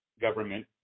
government